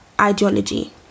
Ideology